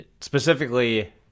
specifically